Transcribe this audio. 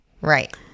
Right